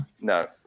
No